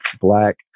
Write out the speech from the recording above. black